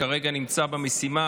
כרגע הוא נמצא במשימה,